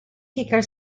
kicker